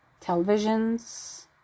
televisions